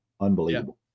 Unbelievable